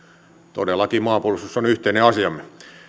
todellakin maapuolustus on yhteinen asiamme